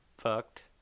fucked